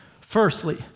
firstly